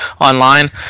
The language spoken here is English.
online